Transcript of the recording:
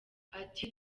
ati